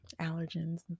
allergens